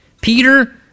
Peter